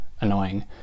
annoying